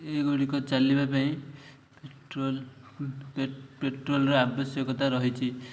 ଏଗୁଡ଼ିକ ଚାଲିବା ପାଇଁ ପେଟ୍ରୋଲ ପେଟ୍ରୋଲର ଆବଶ୍ୟକତା ରହିଛି